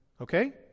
Okay